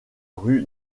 rue